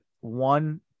one